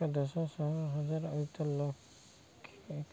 ଏକ ଦଶ ଶହ ହଜାର ଅୟୁତ ଲକ୍ଷ